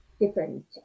different